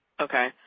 Okay